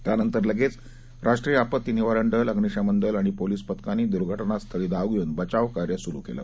त्यानंतर लगेच राष्ट्रीय आपत्ती निवारण दल अग्निशमन दल आणि पोलीस पथकांनी दुर्घटनास्थळी धाव धेऊन बचाव कार्य सुरु केलं